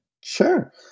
Sure